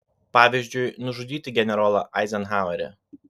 pavyzdžiui nužudyti generolą eizenhauerį